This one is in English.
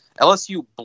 LSU